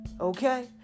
Okay